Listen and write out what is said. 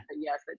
Yes